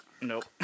Nope